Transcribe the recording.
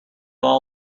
all